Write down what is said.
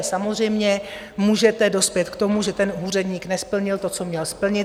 Samozřejmě můžete dospět k tomu, že ten úředník nesplnil to, co měl splnit.